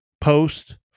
post